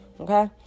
okay